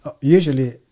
usually